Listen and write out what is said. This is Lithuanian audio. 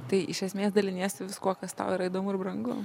tai iš esmės daliniesi viskuo kas tau yra įdomu ir brangu